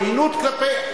העוינות כלפֵי,